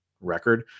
record